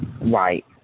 Right